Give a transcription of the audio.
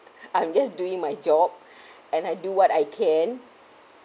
I'm just doing my job and I do what I can